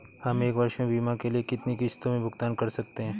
हम एक वर्ष में बीमा के लिए कितनी किश्तों में भुगतान कर सकते हैं?